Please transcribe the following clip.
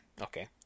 Okay